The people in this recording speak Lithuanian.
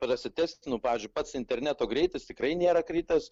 prasitestinu pavyzdžiui pats interneto greitis tikrai nėra kritęs